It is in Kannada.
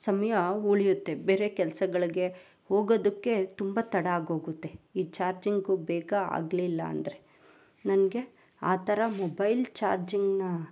ಸಮಯ ಉಳಿಯುತ್ತೆ ಬೇರೆ ಕೆಲ್ಸಗಳಿಗೆ ಹೋಗೋದಕ್ಕೆ ತುಂಬ ತಡ ಆಗೋಗುತ್ತೆ ಈ ಚಾರ್ಜಿಂಗು ಬೇಗ ಆಗಲಿಲ್ಲ ಅಂದರೆ ನನಗೆ ಆ ಥರ ಮೊಬೈಲ್ ಚಾರ್ಜಿಂಗನ್ನ